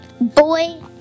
Boy